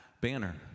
banner